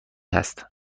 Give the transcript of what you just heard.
هست